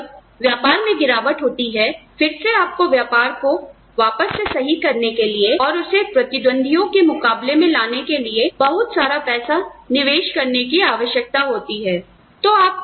और जब व्यापार में गिरावट होती है फिर से आपको व्यापार को वापस से सही करने के लिए और उसे प्रतिद्वंद्वियों के मुकाबले में लाने के लिए बहुत सारा पैसा निवेश करने की आवश्यकता होती है